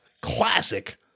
Classic